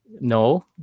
No